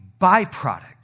byproduct